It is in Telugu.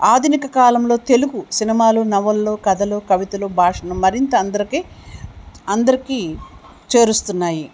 ఆధునిక కాలంలో తెలుగు సినిమాలు నవల్లో కథలు కవితలు భాషను మరింత అందరికీ అందరికీ చేరుస్తున్నాయి